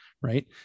right